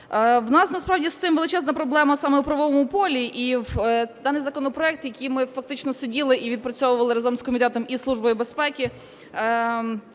В нас насправді з цим величезна проблема саме у правовому полі, і даний законопроект, який ми фактично сиділи і відпрацьовували разом з комітетом і з Службою безпеки,